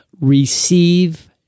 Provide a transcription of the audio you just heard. receive